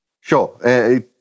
Sure